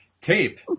tape